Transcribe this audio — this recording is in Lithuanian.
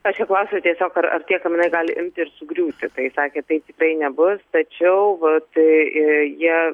aš jo klausiau tiesiog ar ar tie kaminai gali imti ir sugriūti tai jis sakė tai tikrai nebus tačiau vat jie